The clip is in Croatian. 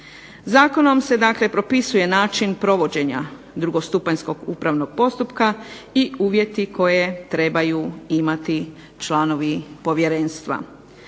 Zakonom se dakle propisuje način provođenja drugostupanjskog upravnog postupka i uvjeti koje trebaju imati članovi Povjerenstva.